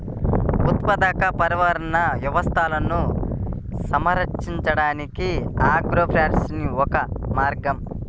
ఉత్పాదక పర్యావరణ వ్యవస్థలను సంరక్షించడానికి ఆగ్రోఫారెస్ట్రీ ఒక మార్గం